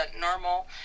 normal